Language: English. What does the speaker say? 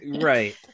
right